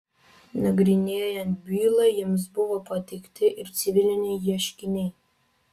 nagrinėjant bylą jiems buvo pateikti ir civiliniai ieškiniai